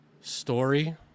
story